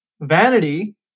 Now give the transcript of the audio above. Vanity